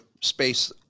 space